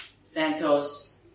Santos